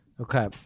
Okay